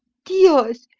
dios!